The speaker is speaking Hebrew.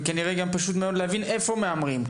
ושכנראה פשוט להבין איפה מהמרים.